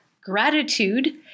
gratitude